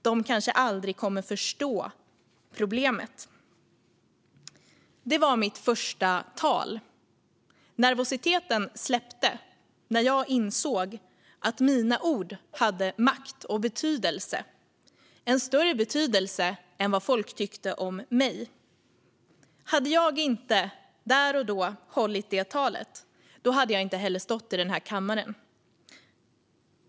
De kanske aldrig kommer att förstå problemet. Det var mitt första tal. Nervositeten släppte när jag insåg att mina ord hade makt och betydelse - en större betydelse än vad folk tyckte att jag hade. Om jag inte där och då hade hållit det där talet hade jag inte heller stått i den här kammaren i dag.